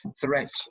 threat